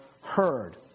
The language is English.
heard